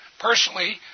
personally